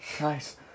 nice